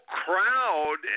crowd